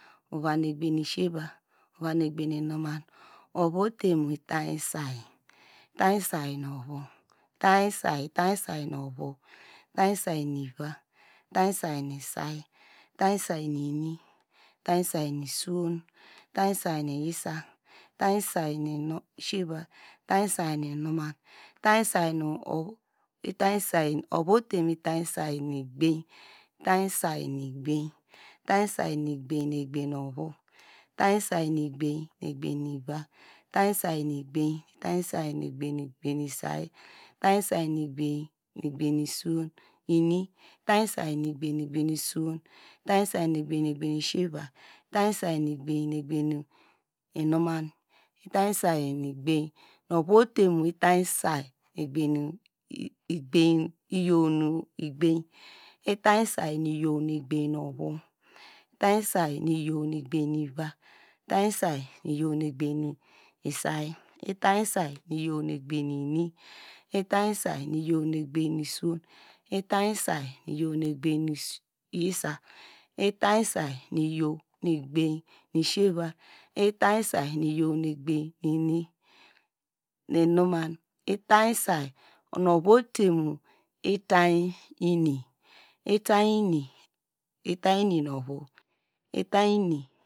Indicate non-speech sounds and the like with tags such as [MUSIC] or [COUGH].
Uva nu egbany nu siyeva, uva nu eqbany nu inuman, ovu ote mu itany sāy, itany say nu ovu, itany sāy nu ivi itany sāy nu say, itany say nu ini, itany sāy nu sūwon, itany say nu [HESITATION] itany sāy nu iyow nu egbany nu ovu itany sáy nu iyow nu eqbany nu ivā, itany sāy nu iyaw nu eqbany nu sāy itany sāy nu iyow nu eqbany nu ini, itany sāy nu iwow nu eqbany nu sūwōn itany sáy nu iyow nu eqbany nu yisa, itany sáy nu iyow nu eqbany nu siyeva, itany sáy nu iyow nu eqbany nu inuman, itany sáy nu ovu ōte mu itany ini, itany ini, itany ini nu ovu.